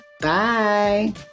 Bye